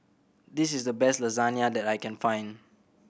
this is the best Lasagne that I can find